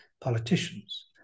politicians